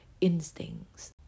instincts